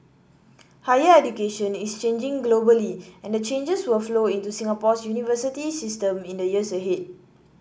higher education is changing globally and the changes will flow into Singapore's university system in the years ahead